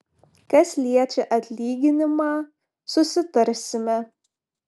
kas liečia atlyginimą susitarsime